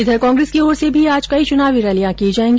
इधर कांग्रेस की ओर से भी आज कई चुनावी रैलियां की जायेगी